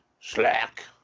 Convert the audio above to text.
Slack